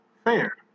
fair